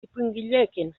ipuingileekin